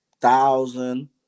Thousand